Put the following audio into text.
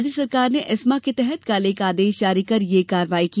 राज्य सरकार ने एस्मा के तहत कल एक आदेश जारी कर ये कार्रवाई की